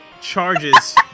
charges